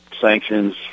sanctions